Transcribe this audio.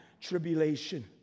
tribulation